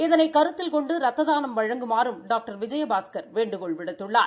இதனை கருத்தில் கொண்டு ரத்த தானம் வழங்குமாறும் டாக்டர் விஜயபாஸ்கர் வேண்டுகோள் விடுத்துள்ளார்